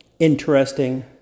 Interesting